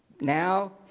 Now